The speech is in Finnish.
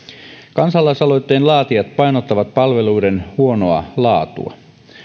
kansalaisaloitteen laatijat painottavat palveluiden huonoa laatua